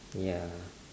ya